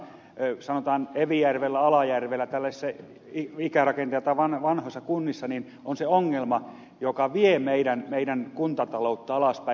nehän meillä sanotaan evijärvellä alajärvellä tällaisissa ikärakenteeltaan vanhoissa kunnissa ovat se ongelma joka vie meidän kuntatalouttamme alaspäin